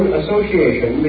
association